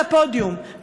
על הפודיום,